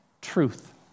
truth